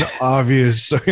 obvious